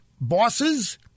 bosses